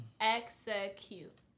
Execute